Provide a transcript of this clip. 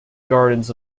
gardens